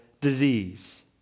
disease